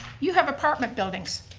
you have apartment buildings.